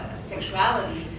sexuality